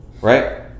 right